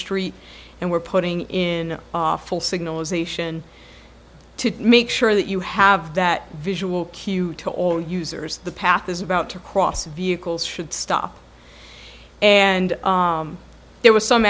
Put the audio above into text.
street and we're putting in awful signals ation to make sure that you have that visual cue to all users the path is about to cross vehicles should stop and there was some